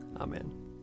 Amen